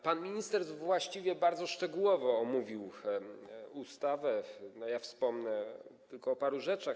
Pan minister właściwie bardzo szczegółowo omówił ustawę, ja wspomnę tylko o paru rzeczach.